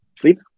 Sleep